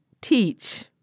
teach